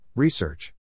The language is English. Research